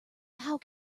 how